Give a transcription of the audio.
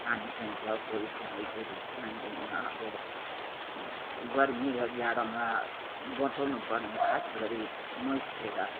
पानी चाहिन्छ कोही फुललाई धेरै चाहिँदैन अब गर्मी र जाडोमा बचाउनु पर्ने खास गरी मोन्सटेरा